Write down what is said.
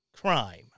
crime